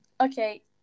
okay